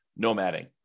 nomading